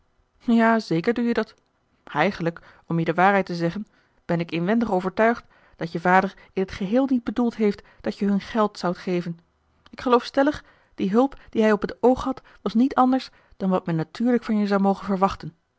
ja zeker doe je dat eigenlijk om je de waarheid te zeggen ben ik inwendig overtuigd dat je vader in t geheel niet bedoeld heeft dat je hun geld zoudt geven ik geloof stellig die hulp die hij op het oog had was niet anders dan wat men natuurlijk van je zou mogen verwachten